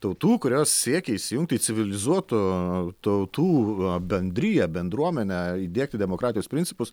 tautų kurios siekia įsijungti į civilizuotų tautų bendriją bendruomenę įdiegti demokratijos principus